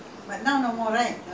dunearn lah dunearn